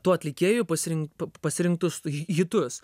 tų atlikėjų pasirin p pasirinktus hi hitus